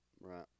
right